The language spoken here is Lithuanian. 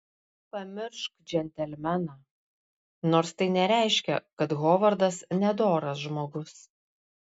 pamiršk džentelmeną nors tai nereiškia kad hovardas nedoras žmogus